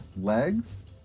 legs